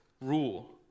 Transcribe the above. rule